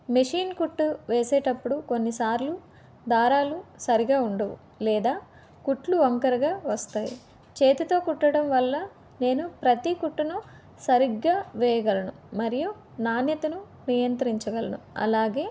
machine కుట్టు వేసేటప్పుడు కొన్నిసార్లు దారాలు సరిగా ఉండవు లేదా కుట్లు వంకరగా వస్తాయి చేతితో కుట్టడం వల్ల నేను ప్రతి కుట్టును సరిగ్గా వేయగలను మరియు నాణ్యతను నియంత్రించగలను అలాగే